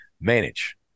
manage